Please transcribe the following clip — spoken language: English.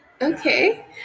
Okay